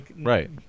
Right